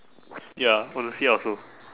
ya honestly I also